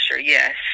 yes